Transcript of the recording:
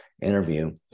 interview